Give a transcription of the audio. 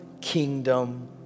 kingdom